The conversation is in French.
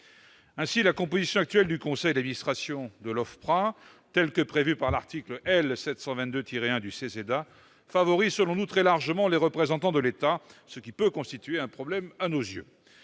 La composition actuelle du conseil d'administration de l'OFPRA, telle que prévue par l'article L. 722-1 du CESEDA, favorise très largement la représentation de l'État, ce qui peut constituer un problème à nos yeux.